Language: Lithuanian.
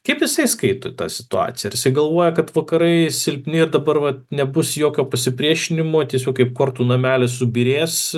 kaip jisai skaito tą situaciją ar išsigalvoja kad vakarai silpni dabar vat nebus jokio pasipriešinimo tiesiog kaip kortų namelis subyrės